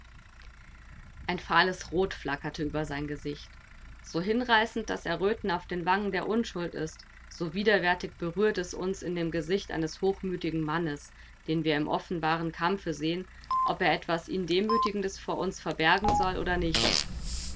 ein fahles rot flackerte über sein gesicht so hinreißend das erröten auf den wangen der unschuld ist so widerwärtig berührt es uns in dem gesicht eines hochmütigen mannes den wir im offenbaren kampfe sehen ob er etwas ihn demütigendes vor uns verbergen soll oder nicht